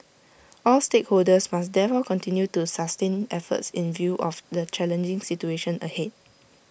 all stakeholders must continue to sustain efforts in view of the challenging situation ahead